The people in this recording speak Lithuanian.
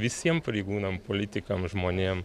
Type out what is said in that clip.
visiem pareigūnam politikam žmonėm